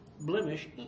blemish